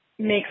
make